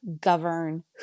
govern